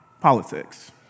politics